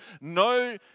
no